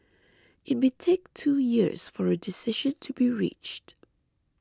it may take two years for a decision to be reached